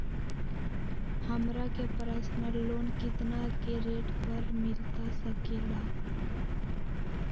हमरा के personal loan कितना के रेट पर मिलता सके ला?